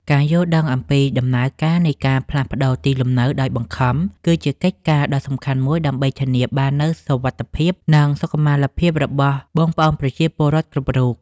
ការយល់ដឹងអំពីដំណើរការនៃការផ្លាស់ទីលំនៅដោយបង្ខំ គឺជាកិច្ចការដ៏សំខាន់មួយដើម្បីធានាបាននូវសុវត្ថិភាព និងសុខុមាលភាពរបស់បងប្អូនប្រជាពលរដ្ឋគ្រប់រូប។